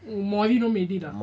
mourinho maybe lah